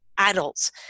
adults